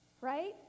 right